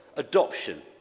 Adoption